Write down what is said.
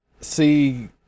see